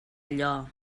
allò